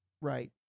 right